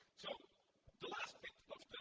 so the last bit